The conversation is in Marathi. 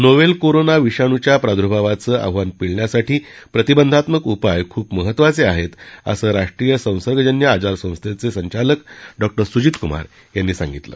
नोवेल कोरोना विषाणूच्या प्रादुर्भावाचं आव्हान पर्वण्यासाठी प्रतिबंधात्मक उपाय खूप महत्त्वाचे आहेत असं राष्ट्रीय संसर्गजन्य आजार संस्थेचे संचालक डॉ सुजीत कुमार यांनी सांगितलं